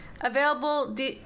available